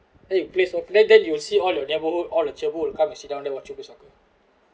eh a place a place that you see all your neighbourhood all the children come and sit down watching you play soccer